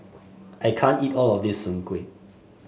I can't eat all of this Soon Kuih